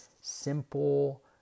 simple